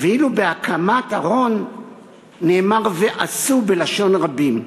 ואילו בהקמת הארון נאמר "ועשוּ", בלשון רבים.